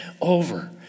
over